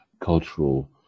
cultural